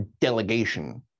delegation